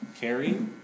Carrie